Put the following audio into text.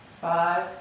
five